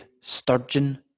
Sturgeon